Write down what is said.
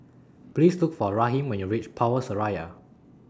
Please Look For Raheem when YOU REACH Power Seraya